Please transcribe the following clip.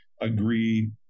agree